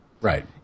Right